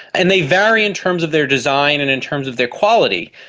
and they vary in terms of their design and in terms of their quality.